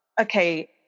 okay